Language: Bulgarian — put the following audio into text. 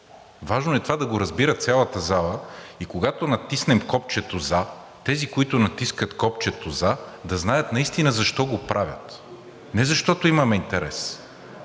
Важно е това да го разбира цялата зала и когато натиснем копчето „за“ – тези, които натискат копчето „за“, да знаят наистина защо го правят. Не защото имаме интерес,